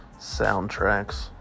soundtracks